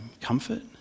comfort